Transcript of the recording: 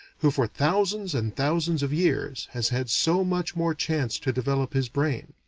who for thousands and thousands of years has had so much more chance to develop his brain.